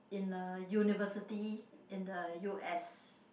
in a university in the u_s